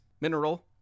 mineral